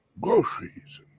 groceries